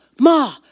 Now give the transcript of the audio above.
ma